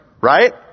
Right